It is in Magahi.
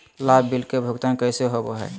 लाभ बिल के भुगतान कैसे होबो हैं?